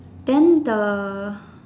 than the